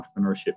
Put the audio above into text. Entrepreneurship